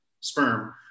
sperm